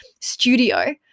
studio